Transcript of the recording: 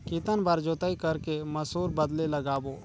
कितन बार जोताई कर के मसूर बदले लगाबो?